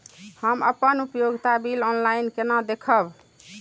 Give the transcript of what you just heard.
हम अपन उपयोगिता बिल ऑनलाइन केना देखब?